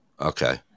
Okay